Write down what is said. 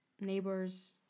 neighbor's